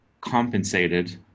compensated